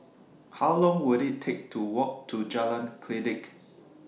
How Long Will IT Take to Walk to Jalan Kledek